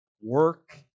work